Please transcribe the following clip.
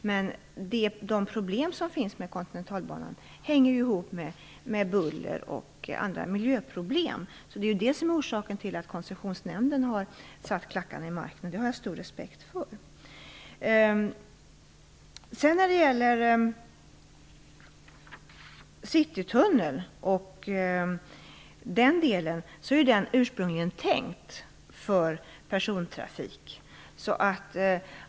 Men de problem som finns med Kontinentalbanan hänger ihop med buller och andra miljöproblem. Det är orsaken till att Koncessionsnämnden har satt klackarna i marken, och det har jag stor respekt för. När det sedan gäller Citytunneln och den delen är tunneln ursprungligen tänkt för persontrafik.